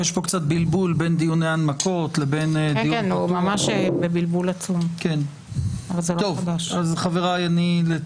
יש פה הזדמנות עכשיו ליושב-ראש הקבוע לממש